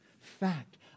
fact